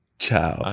Ciao